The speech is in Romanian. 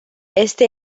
este